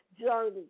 journey